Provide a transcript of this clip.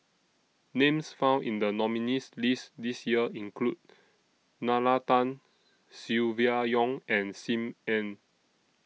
Names found in The nominees' list This Year include Nalla Tan Silvia Yong and SIM Ann